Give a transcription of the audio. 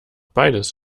beides